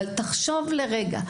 אבל תחשוב לרגע,